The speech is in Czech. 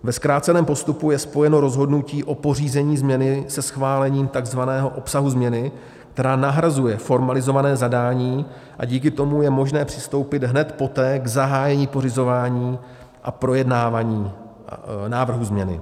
Ve zkráceném postupu je spojeno rozhodnutí o pořízení změny se schválením takzvaného obsahu změny, která nahrazuje formalizované zadání, a díky tomu je možné přistoupit hned poté k zahájení pořizování a projednávání návrhu změny.